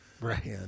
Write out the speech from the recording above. Right